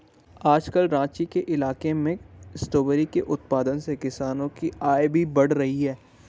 आजकल राँची के इलाके में स्ट्रॉबेरी के उत्पादन से किसानों की आय भी बढ़ रही है